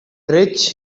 rich